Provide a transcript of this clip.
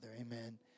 amen